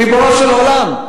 ריבונו של עולם,